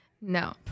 No